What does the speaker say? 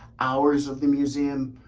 hours of the museum,